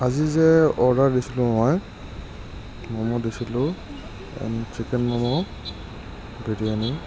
আজি যে অৰ্ডাৰ দিছিলোঁ মই ম'ম দিছিলোঁ চিকেন ম'ম বিৰিয়ানী